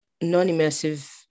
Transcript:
non-immersive